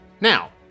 Now